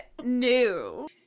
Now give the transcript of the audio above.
new